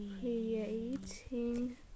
creating